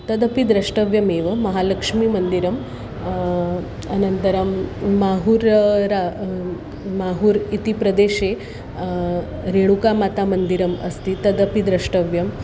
तदपि द्रष्टव्यमेव महालक्ष्मीमन्दिरम् अनन्तरं माहुर माहुर् इति प्रदेशे रेणुकामातामन्दिरम् अस्ति तदपि द्रष्टव्यम्